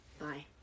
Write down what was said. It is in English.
Bye